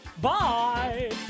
bye